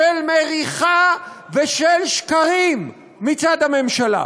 של מריחה ושל שקרים מצד הממשלה.